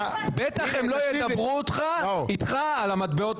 בטח הם ידברו איתך על המטבעות הדיגיטליים.